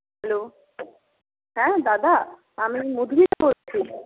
hello হ্যাঁ দাদা আমি মধুমিতা বলছি